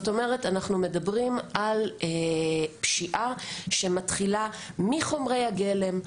אנחנו מדברים על פשיעה שמתחילה מחומרי הגלם,